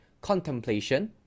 contemplation